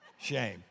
Shame